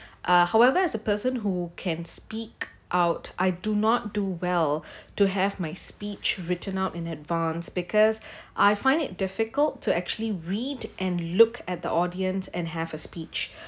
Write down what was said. uh however as a person who can speak out I do not do well to have my speech written out in advance because I find it difficult to actually read and look at the audience and have a speech